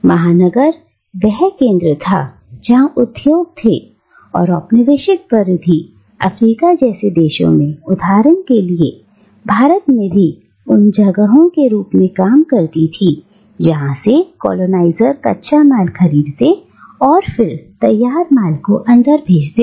महानगर वह था जहां उद्योग केंद्र था और औपनिवेशिक परिधि अफ्रीका जैसे देशों में उदाहरण के लिए भारत में उन जगहों के रूप में काम काम किया जहां से कॉलोनाइजर कच्चा माल खरीदते और फिर तैयार माल को अंदर भेज देते